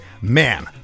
man